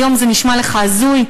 היום זה נשמע לך הזוי,